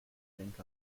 drink